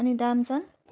अनि दाम चाहिँ